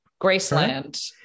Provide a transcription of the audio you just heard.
Graceland